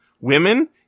women